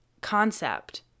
concept